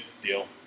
deal